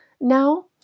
now